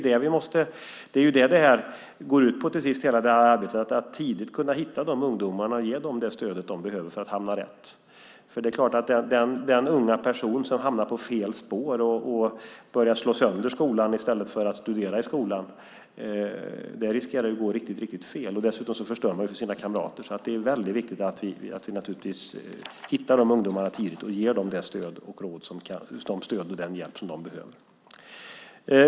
Det arbetet hela tiden går ut på är att tidigt kunna hitta de ungdomarna och ge dem stöd för att hamna rätt. För de unga personer som hamnar på fel spår och börjar slå sönder skolan i stället för att studera i skolan riskerar det att gå riktigt fel. Dessutom förstör de för sina kamrater. Det är väldigt viktigt att vi hittar de ungdomarna tidigt och ger dem det stöd och den hjälp som de behöver.